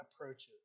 approaches